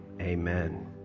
amen